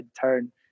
turn